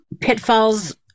pitfalls